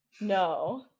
No